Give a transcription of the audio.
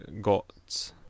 got